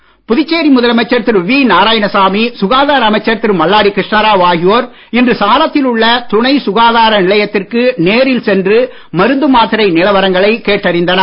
நாராயணசாமி புதுச்சேரி முதலமைச்சர் திரு வி நாராயணசாமி சுகாதார அமைச்சர் திரு மல்லாடி கிருஷ்ணராவ் ஆகியோர் இன்று சாரத்தில் உள்ள துணை நிலையத்திற்கு நேரில் சென்று சுகாதார மருந்து மாத்திரை நிலவரங்களைக் கேட்டறிந்தனர்